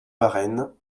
varenne